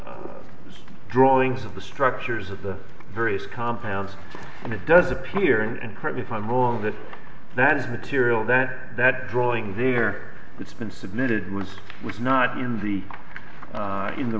the drawings of the structures of the various compounds and it does appear and correct me if i'm wrong that that is material that that drawing there that's been submitted was was not in the in the